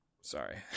Sorry